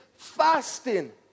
fasting